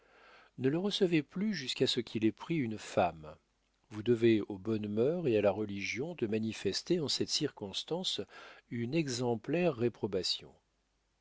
ne le recevez plus jusqu'à ce qu'il ait pris une femme vous devez aux bonnes mœurs et à la religion de manifester en cette circonstance une exemplaire réprobation